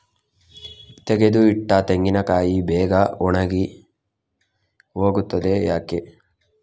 ತೆಗೆದು ಇಟ್ಟ ತೆಂಗಿನಕಾಯಿ ಬೇಗ ಒಣಗಿ ಹೋಗುತ್ತದೆ ಯಾಕೆ?